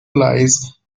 lies